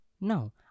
Now